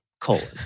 Colon